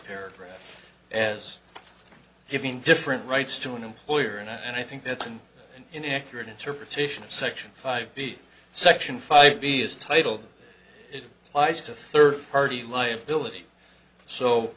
paragraph as giving different rights to an employer and i think that's an inaccurate interpretation of section five b section five b is titled it applies to third party liability so